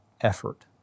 effort